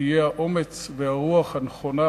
והרוח הנכונה